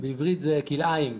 בעברית זה כלאיים,